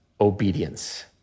obedience